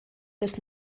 des